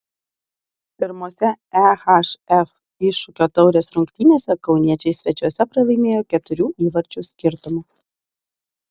pirmose ehf iššūkio taurės rungtynėse kauniečiai svečiuose pralaimėjo keturių įvarčių skirtumu